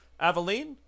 Aveline